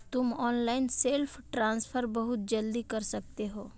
तुम online self transfer बहुत जल्दी कर सकते हो